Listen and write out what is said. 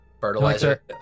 Fertilizer